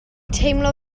teimlo